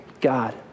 God